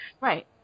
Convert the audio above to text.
Right